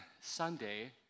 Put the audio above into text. Sunday